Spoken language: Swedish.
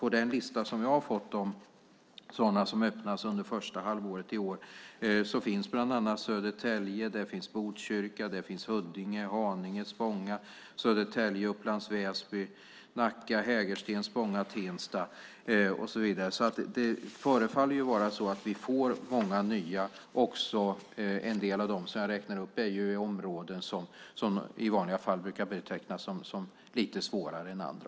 På den lista som jag har fått över verksamheter som öppnas under första halvåret i år finns bland annat Södertälje, Botkyrka, Huddinge, Haninge, Spånga-Tensta, Upplands Väsby, Nacka, Hägersten och så vidare. Det förefaller alltså vara så att vi får många nya. En del av dem jag räknade upp finns i områden som i vanliga fall brukar betecknas som lite svårare än andra.